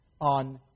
on